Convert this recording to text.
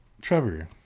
Trevor